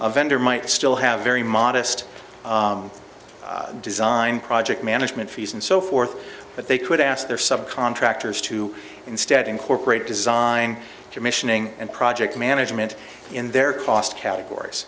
a vendor might still have very modest design project management fees and so forth but they could ask their subcontractors to instead incorporate design commissioning and project management in their cost categories